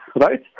right